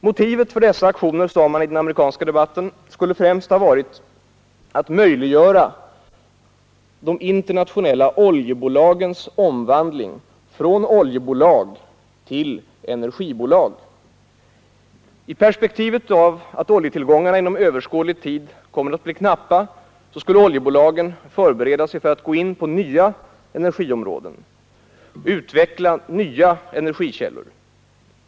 Motivet för dessa aktioner skulle främst — sade man i den amerikanska debatten — ha varit att möjliggöra de internationella oljebolagens omvandling från oljebolag till energibolag. I perspektivet av att oljetillgångarna inom överskådlig tid kommer att bli knappa skulle oljebolagen förbereda sig för att gå in på nya energiområden och utveckla nya energikällor.